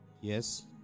Yes